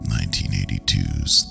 1982's